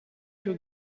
you